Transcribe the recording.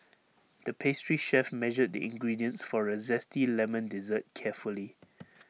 the pastry chef measured the ingredients for A Zesty Lemon Dessert carefully